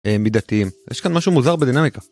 מידתיים. יש כאן משהו מוזר בדינמיקה.